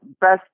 best